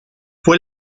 fue